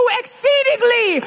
exceedingly